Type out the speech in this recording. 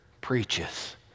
preaches